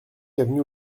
avenue